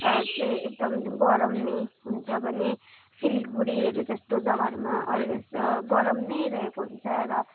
चाहिँ एकदम गरम नै हुन्छ भने सिलगढीहरू जस्तो जगाहरूमा अल्वेज गरम नै रहेको हुन्छ र